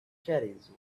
caddies